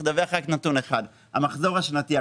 לדווח רק על נתון אחד המחזור השנתי.